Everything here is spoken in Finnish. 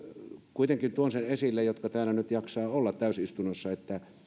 kuitenkin tuon esille sen heille jotka täällä nyt jaksavat olla täysistunnossa että